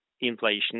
inflation